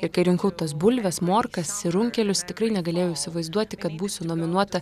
ir kai rinkau tas bulves morkas ir runkelius tikrai negalėjau įsivaizduoti kad būsiu nominuota